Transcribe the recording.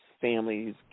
families